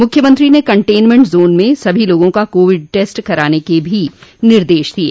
मुख्यमंत्री ने containment zone में सभी लोगों का कोविड टेस्ट कराने के भी निर्देश दिये